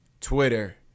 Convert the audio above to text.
Twitter